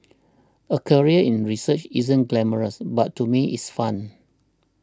a career in research isn't glamorous but to me it's fun